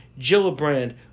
Gillibrand